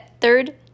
Third